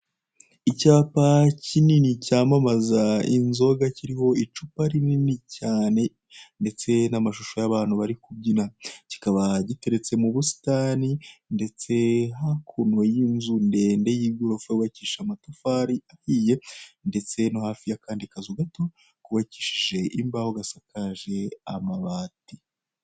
Icyapa kinini cyamamaza inzoha kiriho icupa rinini cyane ndetse n'amashusho y'abantu bari kubyina, kikaba giteretse mu busitani ndetse hakuno y'inzu ndende y'igorofa yubakishije amatafari ahiye ndetse no hafi y'akandi kazu gato kubakishije imbaho gasakaje amabati.